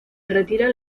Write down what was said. retiran